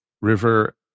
river